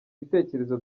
bitekerezo